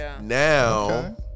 Now